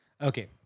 Okay